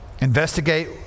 investigate